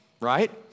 Right